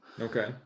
Okay